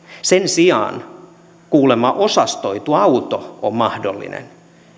sen sijaan kuulemma osastoitu auto on mahdollinen